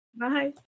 Bye